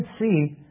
see